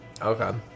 Okay